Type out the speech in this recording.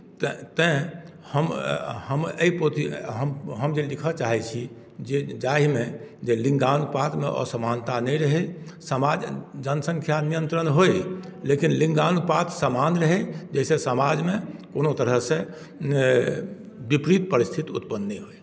तेँ तेँ हम हम एहि पोथी हम हम जे लिखय चाहैत छी जाहिमे जे लिङ्गानुपातमे असमानता नहि रहै आ समाज जनसङ्ख्या नियन्त्रण होय लेकिन लिङ्गानुपात समान रहै जाहिसँ समाजमे कोनो तरहसँ विपरीत परिस्थिति उत्पन्न नहि होय